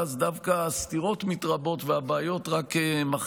ואז הסתירות דווקא מתרבות והבעיות רק מחריפות,